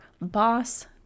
boss